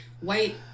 white